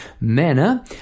manner